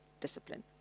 discipline